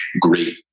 great